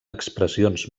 expressions